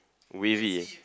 wavy